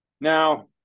Now